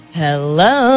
hello